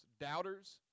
doubters